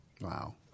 Wow